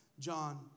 John